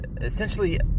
essentially